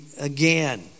again